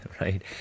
right